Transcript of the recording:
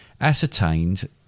ascertained